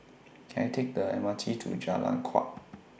Can I Take The M R T to Jalan Kuak